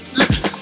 listen